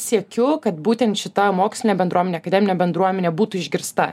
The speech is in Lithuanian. siekiu kad būtent šita mokslinė bendruomenė akademinė bendruomenė būtų išgirsta